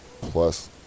plus